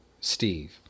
Steve